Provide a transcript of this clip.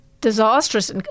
disastrous